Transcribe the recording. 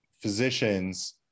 physicians